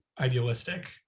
idealistic